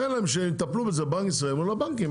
תן להם, שיטפלו בזה בבנק ישראל מול הבנקים.